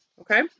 okay